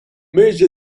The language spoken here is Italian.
mese